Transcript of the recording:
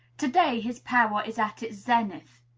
to-day his power is at its zenith.